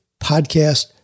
podcast